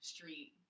Street